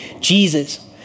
Jesus